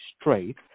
straight